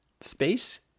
space